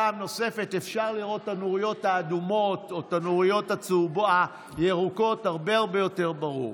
אפשר לראות את הנוריות האדומות או הירוקות הרבה יותר ברור.